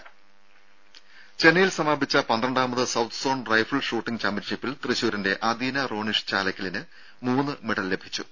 രുപ ചെന്നൈയിൽ സമാപിച്ച പന്ത്രണ്ടാമത് സൌത്ത് സോൺ റൈഫിൾ ഷൂട്ടിങ്ങ് ചാമ്പ്യൻഷിപ്പിൽ തൃശൂരിന്റെ അദീന റോണിഷ് ചാലക്കലിന് മൂന്ന് മെഡലുകൾ ലഭിച്ചു